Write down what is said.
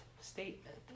statement